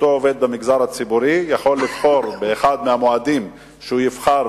אותו עובד במגזר הציבורי יכול לבחור באחד המועדים שהוא יבחר,